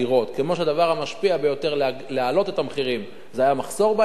כמו שהדבר המשפיע ביותר להעלאת המחירים היה מחסור בהיצע.